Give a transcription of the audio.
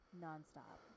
non-stop